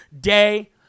day